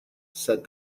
said